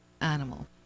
animal